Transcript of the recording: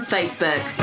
Facebook